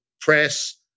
press